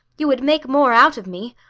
you would make more out of me.